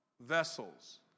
vessels